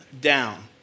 down